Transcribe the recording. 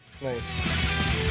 nice